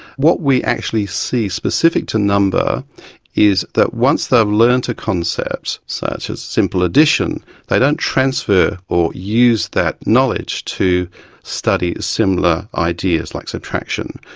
what we actually see specific to number is that once they've learned a concept such as simple addition they don't transfer or use that knowledge to study similar ideas like subtraction.